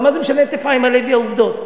אבל מה זה משנה לאפרים הלוי, העובדות?